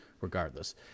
Regardless